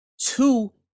two